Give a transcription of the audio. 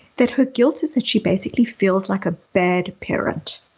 that her guilt is that she basically feels like a bad parent.